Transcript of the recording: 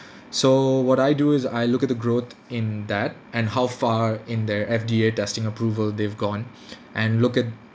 so what I do is I look at the growth in that and how far in their F_D_A testing approval they've gone and look at